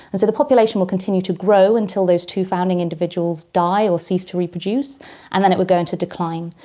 and so the population will continue to grow until those two founding individuals die or cease to reproduce and then it will go into decline.